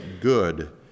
good